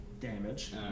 damage